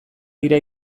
dira